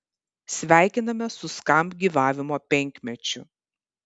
sveikiname su skamp gyvavimo penkmečiu